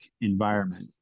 environment